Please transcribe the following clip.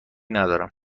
ندارم